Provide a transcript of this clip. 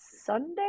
Sunday